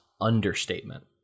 understatement